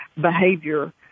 behavior